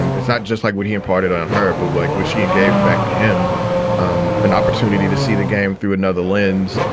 um it's not just like what he imparted on her, but what was she and gave back to him um an opportunity to see the game through another lens,